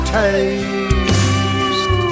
taste